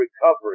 recovery